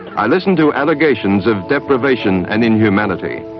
i listened to allegations of deprivation and inhumanity,